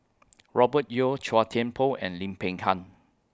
Robert Yeo Chua Thian Poh and Lim Peng Han